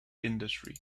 industry